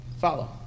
follow